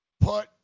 put